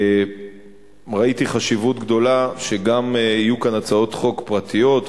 וראיתי חשיבות גדולה שגם יהיו כאן הצעות חוק פרטיות,